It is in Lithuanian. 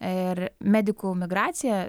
ir medikų emigraciją